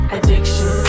Addiction